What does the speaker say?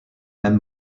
mêmes